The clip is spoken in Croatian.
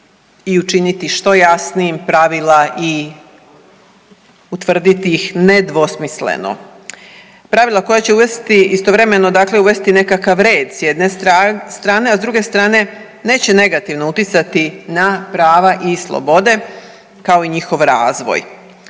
i učiniti što jasnijim pravila i utvrditi ih nedvosmisleno. Pravila koja će uvesti istovremeno, dakle uvesti nekakav red s jedne strane, a s druge strane neće negativno utjecati na prava i slobode, kao i njihov razvoj.